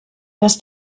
dass